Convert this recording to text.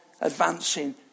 advancing